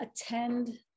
attend